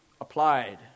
applied